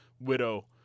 widow